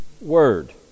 Word